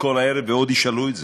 כל הערב ועוד ישאלו את זה.